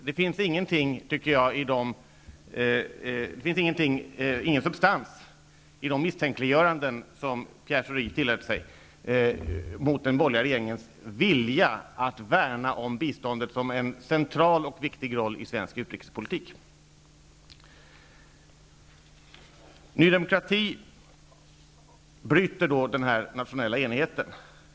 Det finns ingen substans i de misstänkliggöranden som Pierre Schori tillät sig mot den borgerliga regeringens vilja att värna om biståndet som en central och viktig roll i svensk utrikespolitik. Ny demokrati bryter denna nationella enighet.